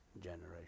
generation